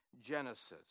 Genesis